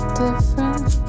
different